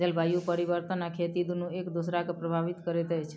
जलवायु परिवर्तन आ खेती दुनू एक दोसरा के प्रभावित करैत अछि